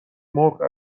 مرغ